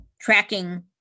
tracking